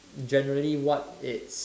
generally what it's